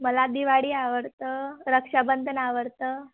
मला दिवाळी आवडतं रक्षाबंधन आवडतं